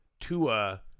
Tua